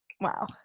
Wow